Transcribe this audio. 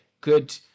good